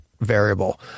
variable